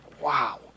Wow